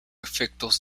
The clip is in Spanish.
efectos